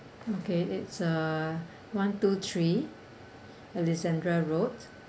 okay it's uh one two three alexandra road